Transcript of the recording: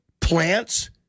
plants